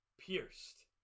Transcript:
pierced